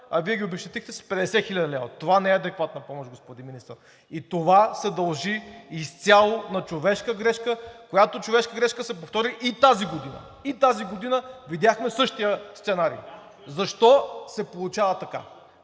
а Вие ги обезщетихте с 50 хил. лв. Това не е адекватна помощ, господин Министър. Това се дължи изцяло на човешка грешка, която човешка грешка се повтори и тази година. И тази година видяхме същия сценарий. Защо се получава така?